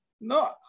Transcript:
No